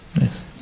Yes